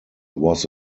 was